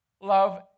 love